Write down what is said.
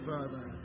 Father